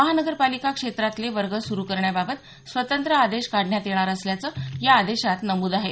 महानगर पालिका क्षेत्रातले वर्ग सुरू करण्याबाबत स्वतंत्र आदेश काढण्यात येणार असल्याच या आदेशात नमूद आहे